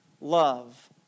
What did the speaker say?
love